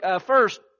First